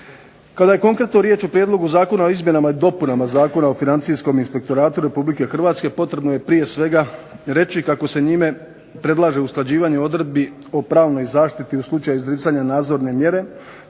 Kada je konkretno riječ o prijedlogu Zakona o izmjenama i dopunama Zakona o financijskom inspektoratu Republike Hrvatske, potrebno je prije svega reći kako se njime predlaže usklađivanje odredbi o pravnoj zaštiti u slučaju izricanja nadzorne mjere,